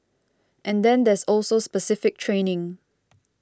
and then there's also specific training